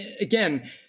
again